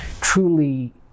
truly